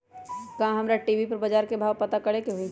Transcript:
का हमरा टी.वी पर बजार के भाव पता करे के होई?